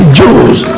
jews